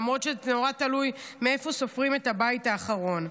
למרות שזה נורא תלוי מאיפה סופרים את הבית האחרון.